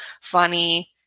funny